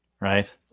right